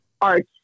art